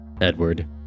Edward